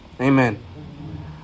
amen